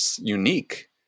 unique